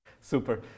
Super